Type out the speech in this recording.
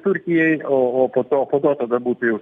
turkijai o po to po to tada būtų jau